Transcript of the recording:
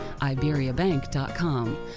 IberiaBank.com